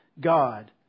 God